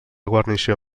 guarnició